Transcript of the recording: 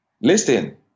Listen